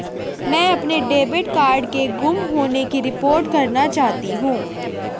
मैं अपने debit card के गुम होने की रिपोर्ट करना चाहती हूँ